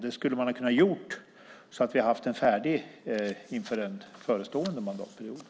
Det skulle man ha kunnat göra så att den hade varit färdig inför den förestående mandatperioden.